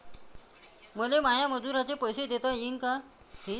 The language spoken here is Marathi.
मले माया मजुराचे पैसे देता येईन का?